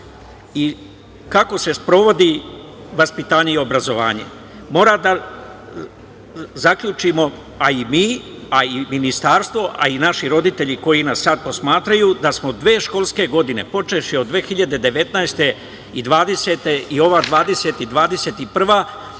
i kako se sprovodi vaspitanje i obrazovanje. Mora da zaključimo i mi, a i Ministarstvo i naši roditelji, koji nas sada posmatraju da smo dve školske godine, počevši od 2019. godine, i 2020, i ova